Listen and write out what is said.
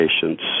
patients